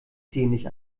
dämlich